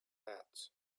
hats